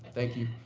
thank you.